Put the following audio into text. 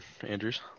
Andrews